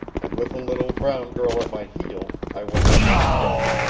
and with the little brown girl at my heel, i went up on deck.